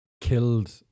killed